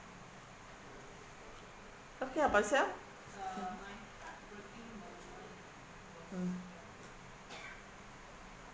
okay ah malaysia mm mm